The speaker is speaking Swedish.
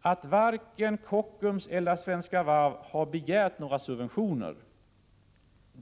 att varken Kockums eller Svenska Varv har begärt några subventioner.